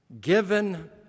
given